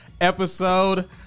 episode